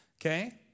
Okay